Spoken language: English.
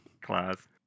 Class